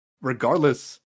regardless